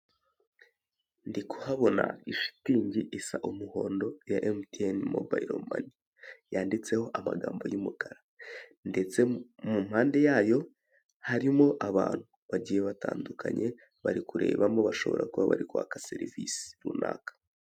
Ndi kuhabona ishitingi isa umuhondo ya MTN Mobile Money yanditseho amagambo y'umukara ndetse mu mande yayo hari abantu bagiye batandukanye bari kurebamo bashobora kuba bari kwaka serivisi runaka.